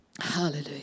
Hallelujah